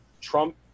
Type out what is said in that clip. Trump